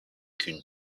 qu’une